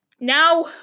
now